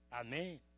Amen